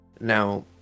Now